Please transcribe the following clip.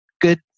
good